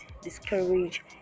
discourage